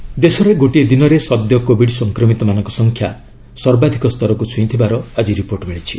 covid status ଦେଶରେ ଗୋଟିଏ ଦିନରେ ସଦ୍ୟ କୋବିଡ ସଂକ୍ମିତମାନଙ୍କ ସଂଖ୍ୟା ସର୍ବାଧିକ ସ୍ତରକୁ ଛୁଇଁଥିବାର ଆଜି ରିପୋର୍ଟ ମିଳିଛି